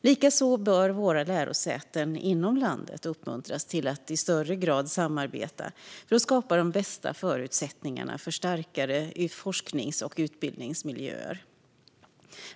Likaså bör våra lärosäten inom landet uppmuntras till att i högre grad samarbeta för att skapa de bästa förutsättningarna för att få starka forsknings och utbildningsmiljöer.